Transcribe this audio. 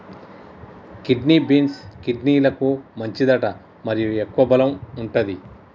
kidney beans, కిడ్నీలకు మంచిదట మరియు ఎక్కువ బలం వుంటది